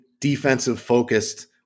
defensive-focused –